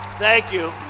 thank you.